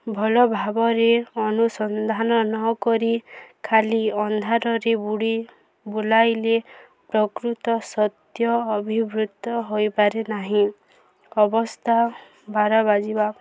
ଭଲ ଭାବରେ ଅନୁସନ୍ଧାନ ନକରି ଖାଲି ଅନ୍ଧାରରେ ବାଡ଼ି ବୁଲାଇଲେ ପ୍ରକୃତ ସତ୍ୟ ଅଭିବୃତ ହୋଇପାରେ ନାହିଁ ଅବସ୍ଥା ବାର ବାଜିବା